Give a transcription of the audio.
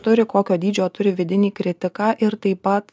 turi kokio dydžio turi vidinį kritiką ir taip pat